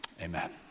amen